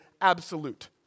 absolute